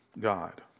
God